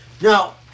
Now